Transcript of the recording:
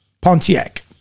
Pontiac